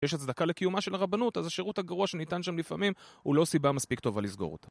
יש הצדקה לקיומה של הרבנות, אז השירות הגרוע שניתן שם לפעמים הוא לא סיבה מספיק טובה לסגור אותה.